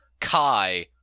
Kai